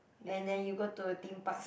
and then you go to a Theme Park